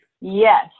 Yes